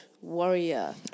warrior